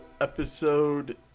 episode